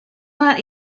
not